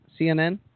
CNN